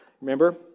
Remember